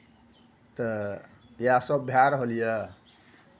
तऽ इएहसभ भए रहल यए